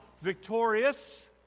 victorious